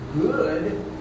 good